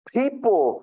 people